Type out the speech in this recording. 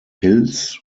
hills